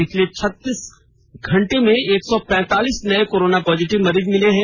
पिछले छत्तीस घंटे में एक सौ पैंतालीस नए कोरोना पॉजिटिव मरीज मिले हैं